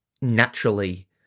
naturally